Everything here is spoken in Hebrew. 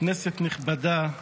כנסת נכבדה,